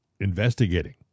investigating